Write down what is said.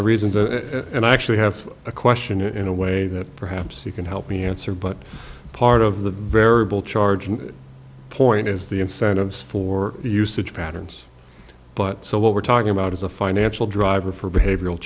of reasons a and i actually have a question in a way that perhaps you can help me answer but part of the variable charge point is the incentives for usage patterns but so what we're talking about is a financial driver for behavioral